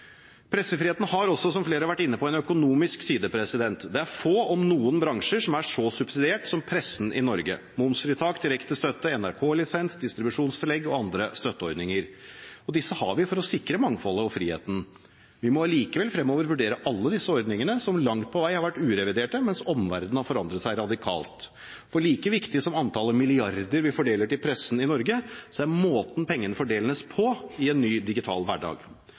Pressefriheten har, som flere har vært inne på, også en økonomisk side. Det er få om noen bransjer som er så subsidiert som pressen i Norge: momsfritak, direkte støtte, NRK-lisens, distribusjonstillegg og andre støtteordninger. Disse har vi for å sikre mangfoldet og friheten. Vi må allikevel fremover vurdere alle disse ordningene, som langt på vei har vært ureviderte mens omverdenen har forandret seg radikalt. For like viktig som antallet milliarder vi fordeler til pressen i Norge, er måten pengene fordeles på i en ny digital hverdag.